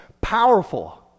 powerful